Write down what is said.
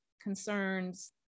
concerns